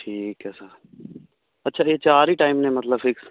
ਠੀਕ ਹੈ ਸਰ ਅੱਛਾ ਇਹ ਚਾਰ ਹੀ ਟਾਈਮ ਨੇ ਮਤਲਬ ਫਿਕਸ